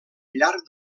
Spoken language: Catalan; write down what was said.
llarg